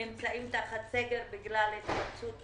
נמצאים תחת סגר בגלל התפרצות